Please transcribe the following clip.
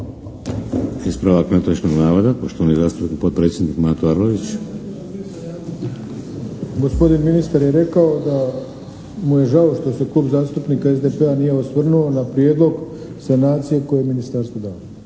Ispravak netočnog navoda poštovani zastupnik potpredsjednik Mato Arlović. **Arlović, Mato (SDP)** Gospodin ministar je rekao da mu je žao što se Klub zastupnika SDP-a nije osvrnuo na prijedlog sanacije koje je ministarstvo dalo.